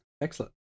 Excellent